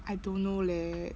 I don't know leh